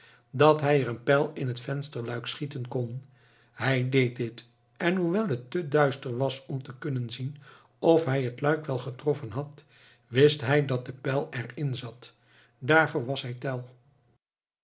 dat hij er een pijl in het vensterluik schieten kon hij deed dit en hoewel het te duister was om te kunnen zien of hij het luik wel getroffen had wist hij dat de pijl er in zat daarvoor was hij tell